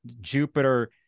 Jupiter